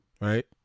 right